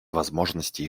возможностей